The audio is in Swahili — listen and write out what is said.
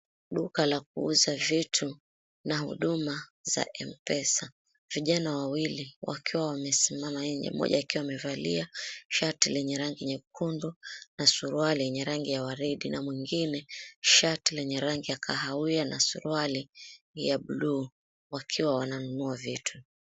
Duka la kuuza vitu na huduma za M-pesa. Vijana wawili wakiwa wamesimama nje, mmoja akiwa amevalia shati lenye rangi nyekundu na suruali yenye rangi ya waridi. Na mwingine shati lenye rangi ya kahawia na suruali ya buluu, wakiwa wananunua vitu.